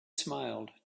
smiled